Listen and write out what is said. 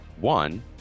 One